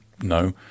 No